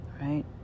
right